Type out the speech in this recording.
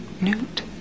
Newt